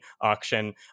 auction